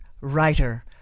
writer